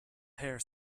hare